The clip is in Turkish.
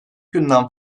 günden